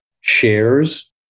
shares